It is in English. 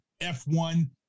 F1